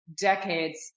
Decades